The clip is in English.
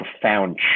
profound